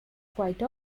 quite